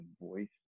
voice